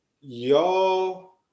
y'all